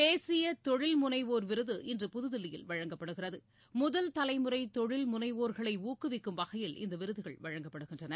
தேசிய தொழில் முனைவோர் விருது இன்று புதுதில்லியில் வழங்கப்படுகிறது முதல் தலைமுறை தொழில் முனைவோர்களை ஊக்குவிக்கும் வகையில் இந்த விருதுகள் வழங்கப்படுகின்றன